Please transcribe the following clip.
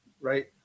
right